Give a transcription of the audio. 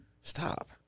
Stop